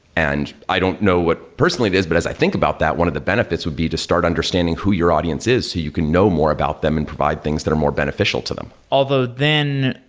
and i don't know what personal it is. but as i think about that, one of the benefits would be to start understanding who your audience is so you can know more about them and provide things that are more beneficial to them. although, then,